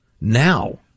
now